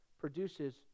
produces